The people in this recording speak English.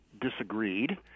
disagreed